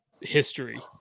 history